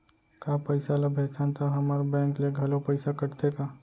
का पइसा ला भेजथन त हमर बैंक ले घलो पइसा कटथे का?